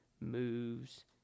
moves